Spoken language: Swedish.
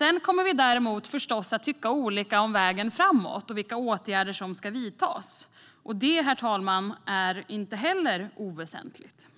det. Vi kommer förstås att tycka olika om vägen framåt och vilka åtgärder som ska vidtas. Det, herr talman, är inte heller oväsentligt.